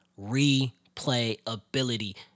replayability